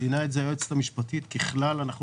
ציינת את זה היועצת המשפטית ככלל אנחנו